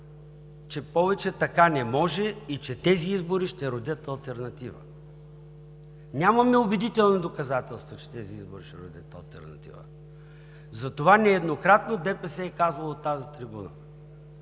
че повече така не може и че тези избори ще родят алтернатива. Нямаме убедителни доказателства, че тези избори ще родят алтернатива, затова нееднократно ДПС е казвало от тази трибуна,